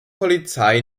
polizei